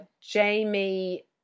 Jamie